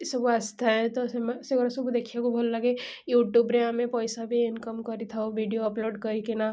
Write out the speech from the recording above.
ଏସବୁ ଆସିଥାଏ ତ ସେମାନେ ସେଇଗୁଡ଼ା ସବୁ ଦେଖିବାକୁ ଭଲ ଲାଗେ ୟୁଟ୍ୟୁବ୍ରେ ଆମେ ପଇସା ବି ଇନକମ୍ କରିଥାଉ ଭିଡ଼ିଓ ଅପଲୋଡ଼୍ କରିକିନା